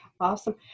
Awesome